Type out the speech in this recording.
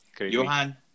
Johan